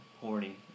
horny